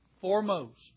foremost